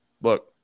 look